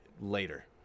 later